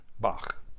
Bach